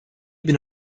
been